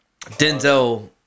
Denzel